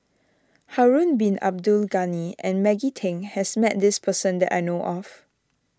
Harun Bin Abdul Ghani and Maggie Teng has met this person that I know of